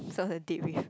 sounds like date with